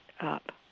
up